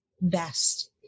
best